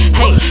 hey